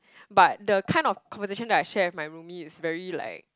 but the kind of conversation that I share with my roomie is very like